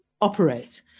operate